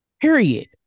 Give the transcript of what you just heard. Period